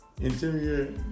Interior